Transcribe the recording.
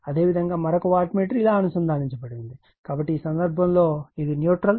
అదేవిధంగా మరొక watt meter ఇలా అనుసంధానించబడి ఉంటుంది కాబట్టి ఈ సందర్భంలో ఇది న్యూట్రల్